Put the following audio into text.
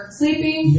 sleeping